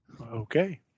Okay